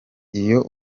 iyo